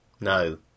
no